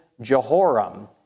Jehoram